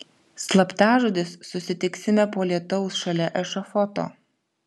slaptažodis susitiksime po lietaus šalia ešafoto